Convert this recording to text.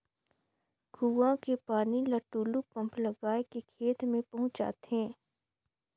कुआं के पानी ल टूलू पंप लगाय के खेत में पहुँचाथे